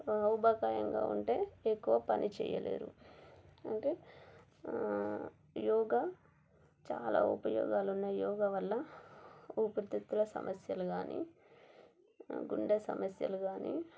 ఊబకాయంగా ఉంటే ఎక్కువ పని చెయ్యలేరు అంటే యోగా చాలా ఉపయోగాలున్నాయి యోగా వల్ల ఊపిరితిత్తుల సమస్యలు కానీ గుండె సమస్యలు కానీ